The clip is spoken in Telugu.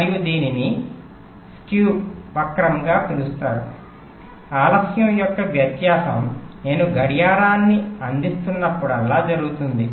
మరియు దీనిని వక్రంగా పిలుస్తారు ఆలస్యం యొక్క వ్యత్యాసం నేను గడియారాన్ని అందిస్తున్నపుడల్లా జరుగుతుంది